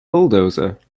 bulldozer